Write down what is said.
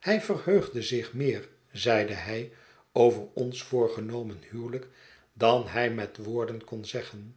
hij verheugde zich meer zeide hij over ons voorgenomen huwelijk dan hij met woorden kon zeggen